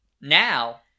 Now